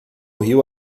rio